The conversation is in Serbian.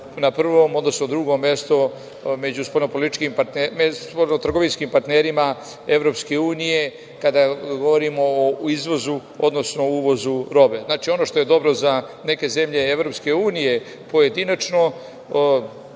na prvom, odnosno drugom mestu među spoljnotrgovinskim partnerima Evropske unije, kada govorimo o izvozu, odnosno uvozu robe. Znači, ono što je dobro za neke zemlje Evropske unije pojedinačno,